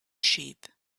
sheep